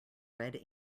red